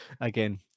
again